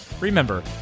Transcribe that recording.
Remember